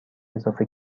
اضافه